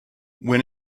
when